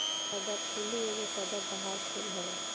सदाफुली एगो सदाबहार फूल हवे